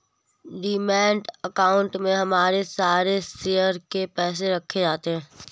demat account में हमारे सारे शेयर के पैसे रखे जाते हैं